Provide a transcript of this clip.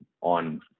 on